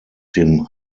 dem